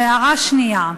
הערה שנייה,